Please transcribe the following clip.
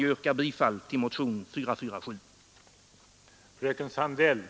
Jag yrkar bifall till motionen 447.